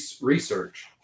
research